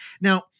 Now